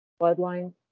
bloodline